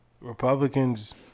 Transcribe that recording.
Republicans